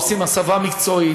עושים הסבה מקצועית.